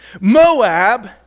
Moab